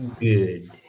good